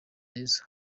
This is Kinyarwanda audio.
nziza